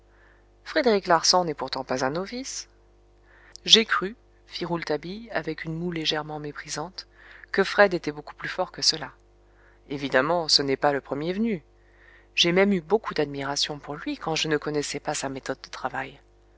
frédéric larsan n'est pourtant pas un novice j'ai cru fit rouletabille avec une moue légèrement méprisante que fred était beaucoup plus fort que cela évidemment ce n'est pas le premier venu j'ai même eu beaucoup d'admiration pour lui quand je ne connaissais pas sa méthode de travail